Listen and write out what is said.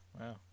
wow